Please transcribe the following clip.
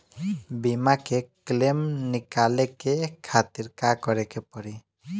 बीमा के क्लेम निकाले के खातिर का करे के पड़ी?